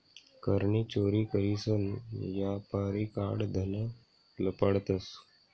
कर नी चोरी करीसन यापारी काळं धन लपाडतंस